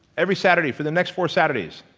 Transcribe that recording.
every saturday for the next four saturdays,